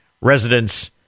Residents